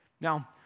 Now